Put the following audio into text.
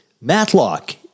matlock